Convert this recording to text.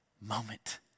moment